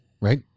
right